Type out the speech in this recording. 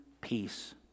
peace